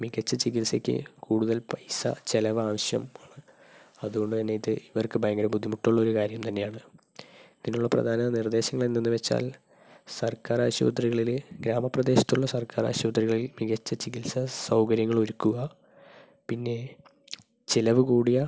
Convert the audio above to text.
മികച്ച ചികിത്സയ്ക്ക് കൂടുതൽ പൈസ ചിലവ് ആവശ്യമാണ് അതുകൊണ്ട് തന്നെ ഇത് ഇവർക്ക് ഭയങ്കര ബുദ്ധിമുട്ടുള്ളൊരു കാര്യം തന്നെയാണ് ഇതിനുള്ള പ്രധാന നിർദ്ദേശങ്ങൾ എന്തെന്ന് വെച്ചാൽ സർക്കാർ ആശുപത്രികളിൽ ഗ്രാമപ്രദേശത്തുള്ള സർക്കാർ ആശുപത്രികളിൽ മികച്ച ചികിത്സ സൗകര്യങ്ങൾ ഒരുക്കുക പിന്നെ ചിലവ് കൂടിയ